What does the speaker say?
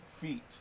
feet